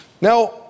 Now